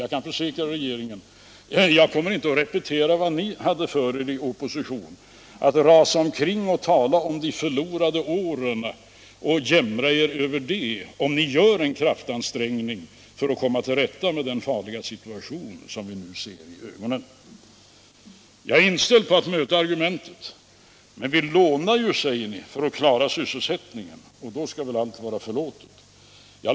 Jag kan försäkra regeringen att jag kommer inte att repetera vad de nuvarande regeringspartierna hade för sig i oppositionsställning — resa omkring och tala om de förlorade åren och jämra mig över det - om ni gör en kraftansträngning för att komma till rätta med den farliga situation som vi nu har för ögonen. Jag är inställd på att möta argumentet: Men vi lånar ju för att klara sysselsättningen, och då skall väl allt vara förlåtet?